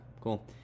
cool